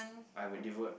I would devote